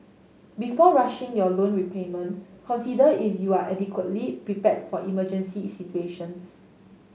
before rushing your loan repayment consider if you are adequately prepared for emergency situations